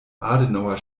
adenauer